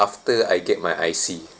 after I get my I_C